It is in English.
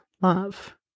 love